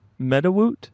MetaWoot